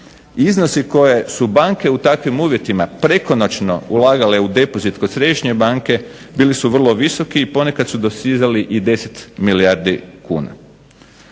Iznosi koje su banke u takvim uvjetima prekonoćno ulagale u depozit kod Središnje banke bili su vrlo visoki i ponekad su dosizali i 10 milijardi kuna.